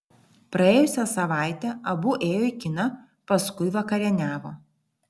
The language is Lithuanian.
praėjusią savaitę abu ėjo į kiną paskui vakarieniavo